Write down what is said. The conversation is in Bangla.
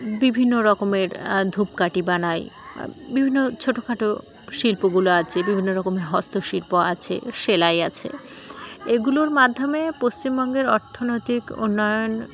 বিভিন্ন রকমের ধূপকাঠি বানায় বিভিন্ন ছোটোখাটো শিল্পগুলো আছে বিভিন্ন রকমের হস্তশিল্প আছে সেলাই আছে এগুলোর মাধ্যমে পশ্চিমবঙ্গের অর্থনৈতিক উন্নয়ন